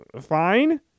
fine